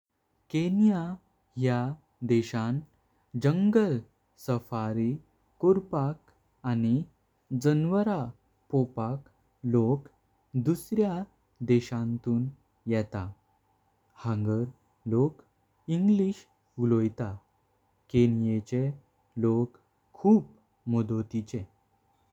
Kenya ह्या देशां जंगल सफार करपाक। आनि जान्हवरा पावपाक लोक दुसऱ्या देशांतून येता। हांगर लोक इंग्लिश उलयता केन्याचे लोक खूप मदोतिचे।